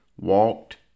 walked